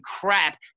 crap